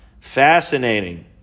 fascinating